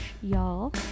y'all